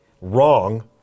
Wrong